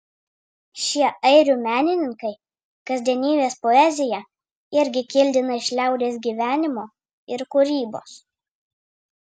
šie airių menininkai kasdienybės poeziją irgi kildina iš liaudies gyvenimo ir kūrybos